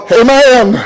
amen